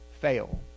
fail